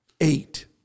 eight